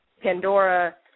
Pandora